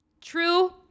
true